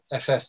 ff